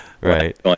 right